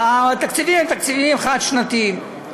התקציבים הם תקציבים חד-שנתיים.